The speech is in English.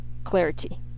Clarity